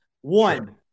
One